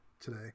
today